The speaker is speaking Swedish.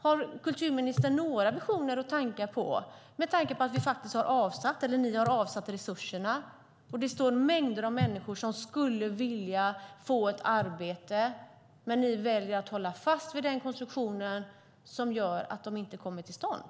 Har kulturministern några visioner och tankar, med tanke på att ni har avsatt resurserna och mängder av människor skulle vilja få ett arbete? Ni väljer att hålla fast vid en konstruktion som gör att detta inte kommer till stånd.